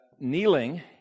kneeling